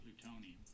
plutonium